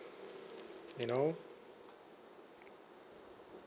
you know